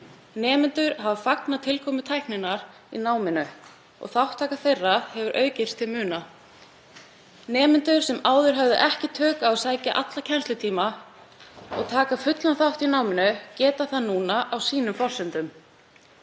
Nemendur hafa fagnað tilkomu tækninnar í náminu og þátttaka þeirra hefur aukist til muna. Nemendur sem áður höfðu ekki tök á að sækja alla kennslutíma og taka fullan þátt í náminu geta það núna á sínum forsendum.